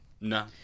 No